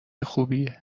خوبیه